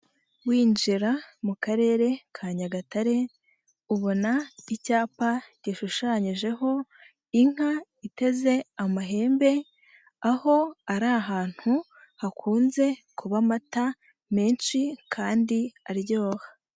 Winjira mu Karere ka Nyagatare, ubona icyapa gishushanyijeho inka iteze amahembe, aho ari ahantu hakunze kuba amata, menshi kandi aryoha.